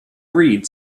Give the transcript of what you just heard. read